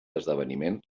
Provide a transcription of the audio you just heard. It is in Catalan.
esdeveniment